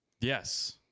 Yes